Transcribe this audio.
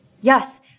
Yes